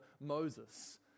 Moses